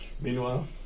meanwhile